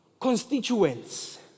Constituents